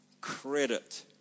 Credit